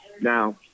Now